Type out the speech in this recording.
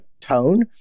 tone